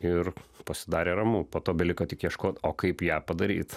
ir pasidarė ramu po to beliko tik ieškot o kaip ją padaryt